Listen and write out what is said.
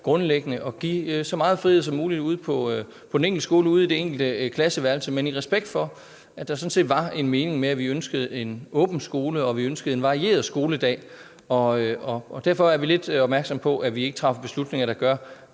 grundlæggende at give så meget frihed som muligt ude på den enkelte skole, ude i det enkelte klasseværelse, men i respekt for, at der sådan set var en mening med, at vi ønskede en åben skole, og at vi ønskede en varieret skoledag. Derfor er vi lidt opmærksomme på, at vi ikke træffer beslutninger, der gør,